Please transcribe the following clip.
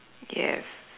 yes